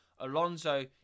Alonso